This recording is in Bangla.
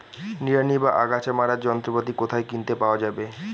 নিড়ানি বা আগাছা মারার যন্ত্রপাতি কোথায় কিনতে পাওয়া যাবে?